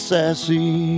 sassy